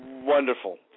Wonderful